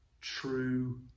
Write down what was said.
true